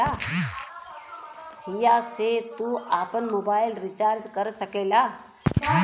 हिया से तू आफन मोबाइल रीचार्ज कर सकेला